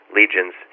legions